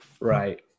Right